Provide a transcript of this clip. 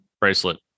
bracelet